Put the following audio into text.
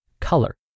Color